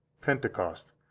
Pentecost